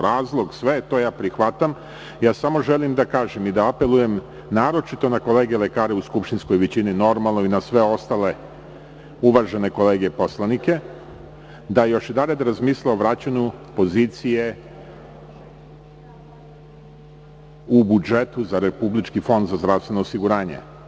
Razlog, sve to ja prihvatam, samo želim da kažem i da apelujem naročito na kolege lekare u skupštinskoj većini, normalno i na sve ostale uvažene kolege poslanike, da još jednom razmisle o vraćanju pozicije u budžetu za Republički fond za zdravstveno osiguranje.